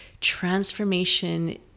transformation